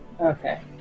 Okay